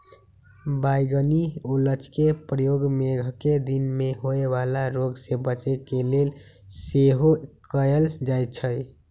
बइगनि ओलके प्रयोग मेघकें दिन में होय वला रोग से बच्चे के लेल सेहो कएल जाइ छइ